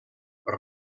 per